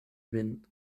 vin